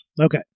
Okay